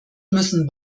müssen